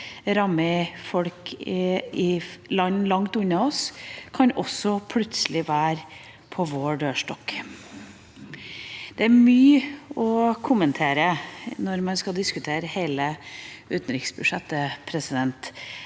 rammer folk i land langt unna oss, kan også plutselig være på vår dørstokk. Det er mye å kommentere når man skal diskutere hele utenriksbudsjettet. Jeg